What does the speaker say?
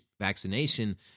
vaccination